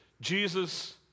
Jesus